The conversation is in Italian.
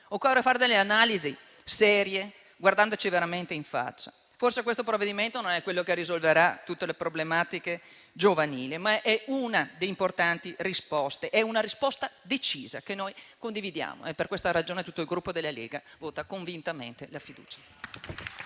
Occorre fare delle analisi serie, guardandoci veramente in faccia. Forse questo provvedimento non è quello che risolverà tutte le problematiche giovanili, ma è una risposta importante e decisa, che noi condividiamo. Per questa ragione, tutto il Gruppo della Lega voterà convintamente la fiducia.